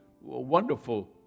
wonderful